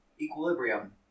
Equilibrium